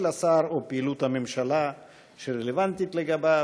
השר או פעילות הממשלה שרלוונטית לגביו.